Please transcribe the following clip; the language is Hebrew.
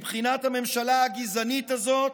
מבחינת הממשלה הגזענית הזאת,